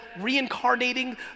reincarnating